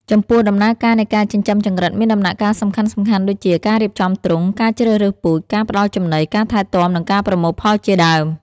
ចំពោះដំណើរការនៃការចិញ្ចឹមចង្រិតមានដំណាក់កាលសំខាន់ៗដូចជា ការរៀបចំទ្រុង ការជ្រើសរើសពូជ ការផ្តល់ចំណី ការថែទាំ និងការប្រមូលផលជាដើម។